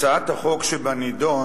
הצעת החוק שבנדון